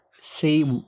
say